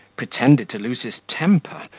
pretended to lose his temper,